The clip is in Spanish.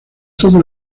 todo